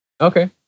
Okay